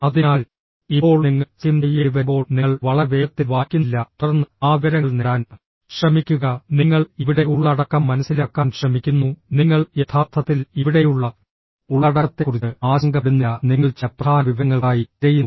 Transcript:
അതിനാൽ ഇപ്പോൾ നിങ്ങൾ സ്കിം ചെയ്യേണ്ടിവരുമ്പോൾ നിങ്ങൾ വളരെ വേഗത്തിൽ വായിക്കുന്നില്ല തുടർന്ന് ആ വിവരങ്ങൾ നേടാൻ ശ്രമിക്കുക നിങ്ങൾ ഇവിടെ ഉള്ളടക്കം മനസിലാക്കാൻ ശ്രമിക്കുന്നു നിങ്ങൾ യഥാർത്ഥത്തിൽ ഇവിടെയുള്ള ഉള്ളടക്കത്തെക്കുറിച്ച് ആശങ്കപ്പെടുന്നില്ല നിങ്ങൾ ചില പ്രധാന വിവരങ്ങൾക്കായി തിരയുന്നു